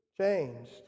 changed